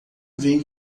vem